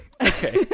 okay